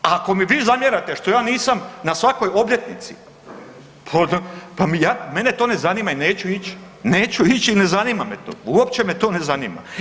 A ako mi vi zamjerate što ja nisam na svakoj obljetnici pa mene to ne zanima i neću ići, neću ići i ne zanima me to, uopće me to ne zanima.